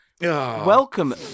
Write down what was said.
welcome